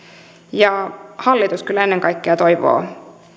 ja hallitus kyllä ennen kaikkea toivoo